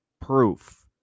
proof